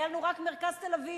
היה לנו רק מרכז תל-אביב.